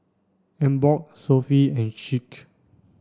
Emborg Sofy and Schick